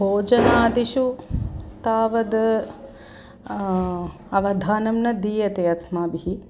भोजनादिषु तावद् अवधानं न दीयते अस्माभिः